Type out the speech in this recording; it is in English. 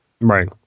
Right